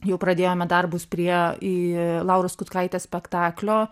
jau pradėjome darbus prie į laurus kutkaitės spektaklio